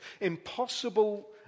impossible